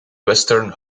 western